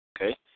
Okay